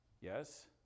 Yes